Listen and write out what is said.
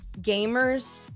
gamers